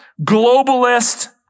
globalist